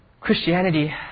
Christianity